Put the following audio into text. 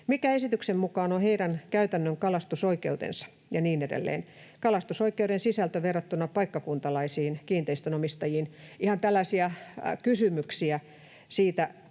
Mikä esityksen mukaan on heidän käytännön kalastusoikeutensa ja niin edelleen? Kalastusoikeuden sisältö verrattuna paikkakuntalaisiin kiinteistönomistajiin? Ihan tällaisia kysymyksiä siitä